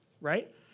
right